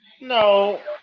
No